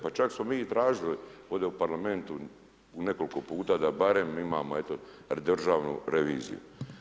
Pa čak smo mi i tražili ovdje u Parlamentu, nekoliko puta, da barem imamo eto Državnu reviziju.